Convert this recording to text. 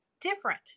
different